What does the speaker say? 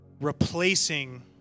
replacing